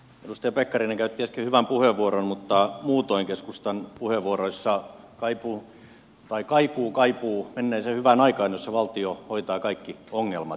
edustaja pekkarinen käytti äsken hyvän puheenvuoron mutta muutoin keskustan puheenvuoroissa kaikuu kaipuu menneeseen hyvään aikaan jossa valtio hoitaa kaikki ongelmat